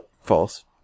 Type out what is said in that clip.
false